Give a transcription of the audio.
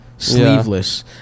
Sleeveless